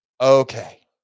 Okay